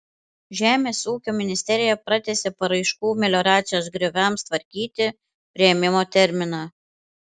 žemės ūkio ministerija pratęsė paraiškų melioracijos grioviams tvarkyti priėmimo terminą